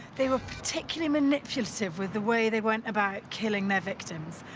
they were particularly manipulative with the way they went about killing their victims.